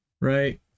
Right